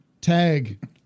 tag